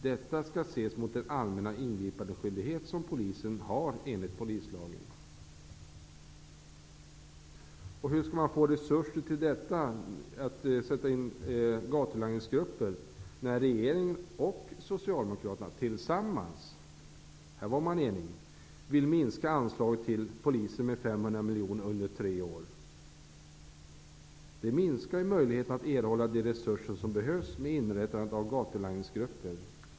Detta skall ses mot den allmänna ingripandeskyldighet som polisen enligt polislagen har. Socialdemokraterna tillsammans -- på den punkten var de eniga! -- vill minska anslaget till polisen med 500 miljoner under tre år? Det minskar ju möjligheterna att erhålla de resurser som behövs för inrättandet av gatulangningsgrupper.